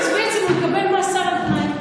ואז בעצם הוא יקבל מאסר על תנאי.